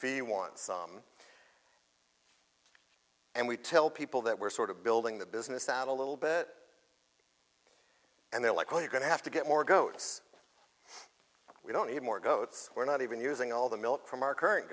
fee once and we tell people that we're sort of building the business out a little bit and they're like well you're going to have to get more goats we don't need more goats we're not even using all the milk from our current